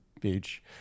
beach